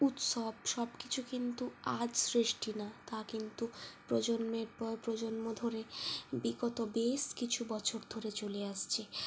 উৎসব সব কিছু কিন্তু আজ সৃষ্টি না তা কিন্তু প্রজন্মের পর প্রজন্ম ধরে বিগত বেশ কিছু বছর ধরে চলে আসছে